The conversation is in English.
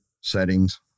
settings